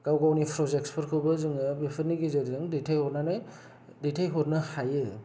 गावगावनि प्रजेक्सफोरखौबो जोङो बेफोरनि गेजेरजों दैथाइहरनानै दैथाइ हरनो हायो